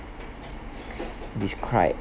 describe